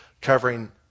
covering